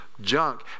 junk